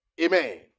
Amen